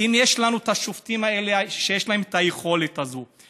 אם יש לנו את השופטים האלה שיש להם את היכולת הזאת,